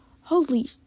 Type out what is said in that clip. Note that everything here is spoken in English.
holy